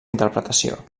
interpretació